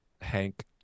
hank